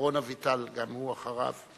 ודורון אביטל גם הוא אחר כך.